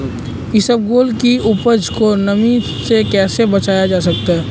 इसबगोल की उपज को नमी से कैसे बचाया जा सकता है?